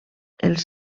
els